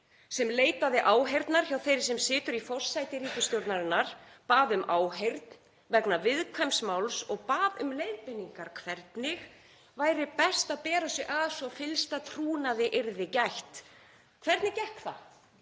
sem leitaði áheyrnar hjá þeirri sem situr í forsæti ríkisstjórnarinnar, bað um áheyrn vegna viðkvæms máls og bað um leiðbeiningar um hvernig væri best að bera sig að svo fyllsta trúnaðar væri gætt. Hvernig gekk það?